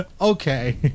okay